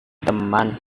teman